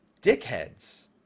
dickheads